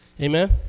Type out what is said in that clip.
Amen